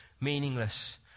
meaningless